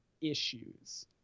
issues